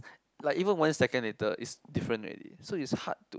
like even one second later is different already so it's hard to